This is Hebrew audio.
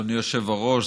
אדוני היושב-ראש,